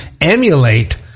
emulate